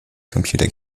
computer